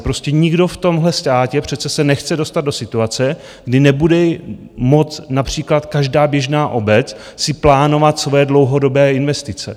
Prostě nikdo v tomhle státě přece se nechce dostat do situace, kdy nebude moct například každá běžná obec si plánovat svoje dlouhodobé investice.